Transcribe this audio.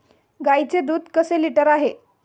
गाईचे दूध कसे लिटर आहे?